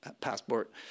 passport